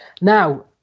Now